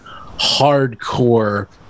hardcore